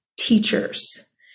teachers